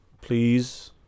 please